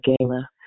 gala